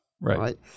Right